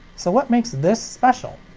so what makes this special?